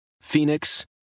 Phoenix